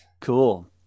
Cool